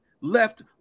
left